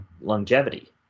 longevity